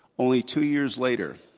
only two years later,